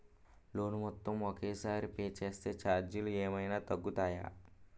Loan మొత్తం ఒకే సారి పే చేస్తే ఛార్జీలు ఏమైనా తగ్గుతాయా?